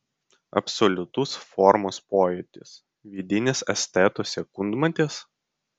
absoliutus formos pojūtis vidinis esteto sekundmatis